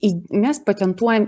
į mes patentuojam